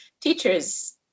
teachers